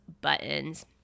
buttons